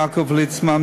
יעקב ליצמן,